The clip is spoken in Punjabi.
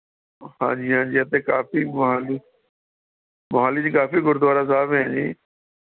ਹਾਂਜੀ ਹਾਂਜੀ ਇੱਥੇ ਕਾਫ਼ੀ ਮੋਹਾਲੀ ਮੋਹਾਲੀ 'ਚ ਕਾਫ਼ੀ ਗੁਰਦੁਆਰਾ ਸਾਹਿਬ ਹੈ ਜੀ